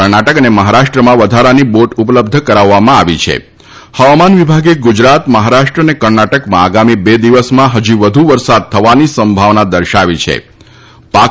કર્ણાટક અને મહારાષ્ટ્રમાં વધારાની બોટ ઉપલબ્ધ કરાવવામાં આવી છે મહારાષ્ટ્ર અને કર્ણાટકમાં આગામી બે દિવસમાં હજી વધુ વરસાદ થવાની સંભાવના દર્શાવી છેપાક